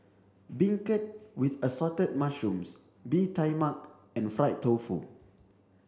Beancurd with assorted mushrooms bee Tai Mak and fried tofu